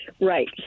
Right